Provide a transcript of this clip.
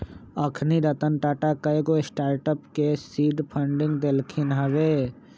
अखनी रतन टाटा कयगो स्टार्टअप के सीड फंडिंग देलखिन्ह हबे